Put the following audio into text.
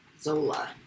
Zola